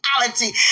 reality